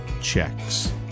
checks